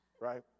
Right